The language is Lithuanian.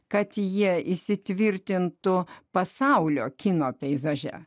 kad jie įsitvirtintų pasaulio kino peizaže